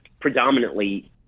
predominantly